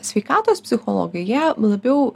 sveikatos psichologai jie labiau